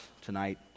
tonight